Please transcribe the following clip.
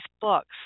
books